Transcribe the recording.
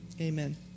Amen